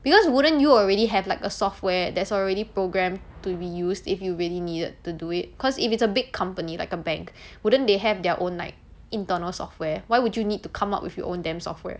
because wouldn't you already have like a software that's already program to be used if you really needed to do it cause if it's a big company like a bank wouldn't they have their own like internal software why would you need to come up with your own damn software